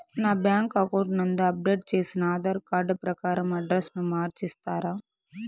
నా bank account నందు update చేసిన ఆధార్ కార్డు ప్రకారం అడ్రస్ ను మార్చిస్తారా?